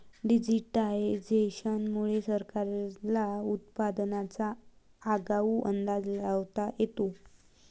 digitisation मुळे सरकारला उत्पादनाचा आगाऊ अंदाज लावता येतो